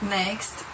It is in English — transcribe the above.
next